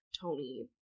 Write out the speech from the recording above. Tony